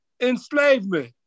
enslavement